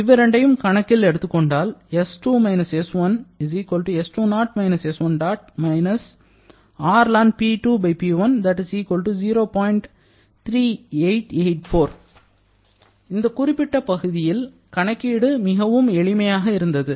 இவ்விரண்டையும் கணக்கில் எடுத்துக்கொண்டால் இந்த குறிப்பிட்ட பகுதியில் கணக்கீடு மிகவும் எளிமையாக இருந்தது